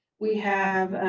we have,